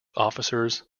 officers